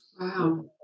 wow